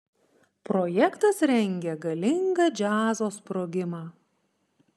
projektas rengia galingą džiazo sprogimą